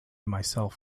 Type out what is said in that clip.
myself